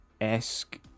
esque